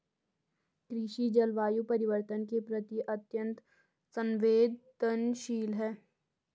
कृषि जलवायु परिवर्तन के प्रति अत्यंत संवेदनशील है